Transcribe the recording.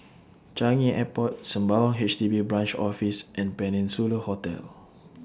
Changi Airport Sembawang H D B Branch Office and Peninsula Hotel